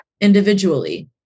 individually